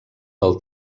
del